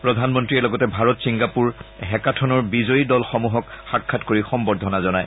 প্ৰধানমন্ত্ৰীয়ে লগতে ভাৰত ছিংগাপুৰ হেকাথনৰ বিজয়ী দলসমূহক সাক্ষাৎ কৰি সম্বৰ্ধনা জনায়